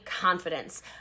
confidence